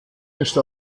ist